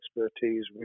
expertise